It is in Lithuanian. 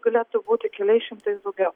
galėtų būti keliais šimtais daugiau